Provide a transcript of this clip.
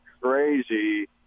crazy